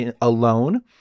alone